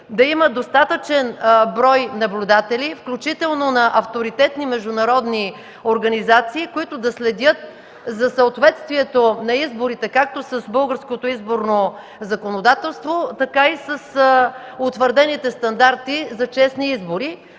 да има достатъчен брой наблюдатели, включително на авторитетни международни организации, които да следят за съответствието на изборите както с българското изборно законодателство, така и с утвърдените стандарти за честни избори.